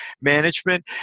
management